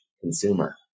consumer